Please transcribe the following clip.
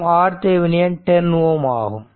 மற்றும் RThevenin 10 Ω ஆகும்